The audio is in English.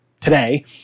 today